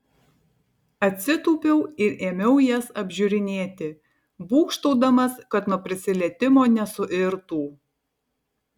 atsitūpiau ir ėmiau jas apžiūrinėti būgštaudamas kad nuo prisilietimo nesuirtų